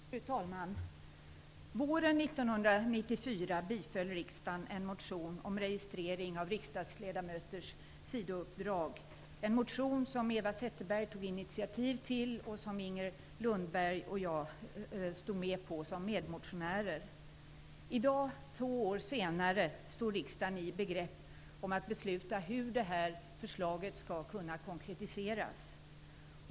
Fru talman! Våren 1994 biföll riksdagen en motion om registrering av riksdagsledamöters sidouppdrag. Eva Zetterberg tog initiativ till den, och Inger Lundberg och jag var medmotionärer. I dag, två år senare, står riksdagen i begrepp att besluta hur det här förslaget skall kunna konkretiseras.